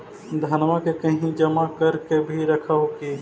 धनमा के कहिं जमा कर के भी रख हू की?